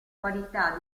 qualità